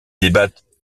débat